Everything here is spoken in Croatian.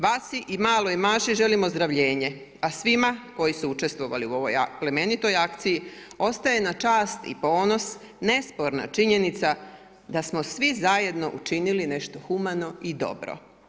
Vasi i maloj Maši želim ozdravljenje a svima koji su učestvovali u ovoj plemenitoj akciji ostaje na čast i ponos nesporna činjenica da smo svi zajedno učinili nešto humano i dobro.